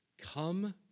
come